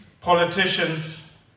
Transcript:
politicians